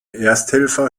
ersthelfer